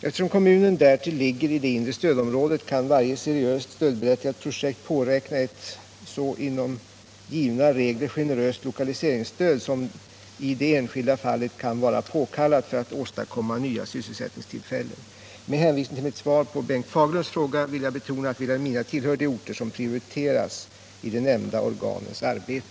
Eftersom kommunen därtill ligger i det inre stödområdet kan varje seriöst stödberättigat projekt påräkna ett så inom givna regler generöst lokaliseringsstöd, som i det enskilda fallet kan vara påkallat för att åstadkomma nya sysselsättningstillfällen. Med hänvisning till mitt svar på Bengt Fagerlunds fråga vill jag betona att Vilhelmina tillhör de orter som prioriteras i de nämnda organens arbete.